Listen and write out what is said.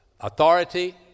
authority